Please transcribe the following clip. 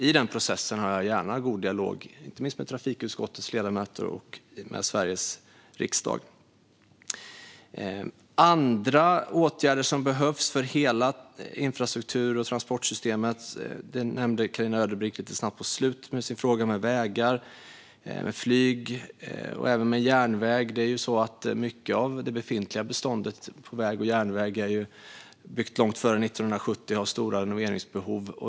I den processen har jag gärna en god dialog med inte minst trafikutskottets ledamöter och med Sveriges riksdag. I fråga om andra åtgärder som behövs för hela infrastruktur och transportsystemet nämnde Carina Ödebrink lite snabbt på slutet i sin fråga vägar, flyg och även järnväg. Mycket av det befintliga beståndet av väg och järnväg är byggt långt före 1970 och har stora renoveringsbehov.